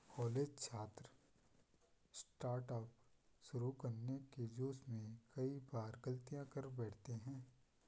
college छात्र startup शुरू करने के जोश में कई बार गलतियां कर बैठते हैं